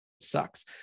sucks